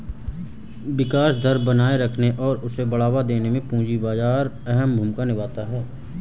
विकास दर बनाये रखने और उसे बढ़ावा देने में पूंजी बाजार अहम भूमिका निभाता है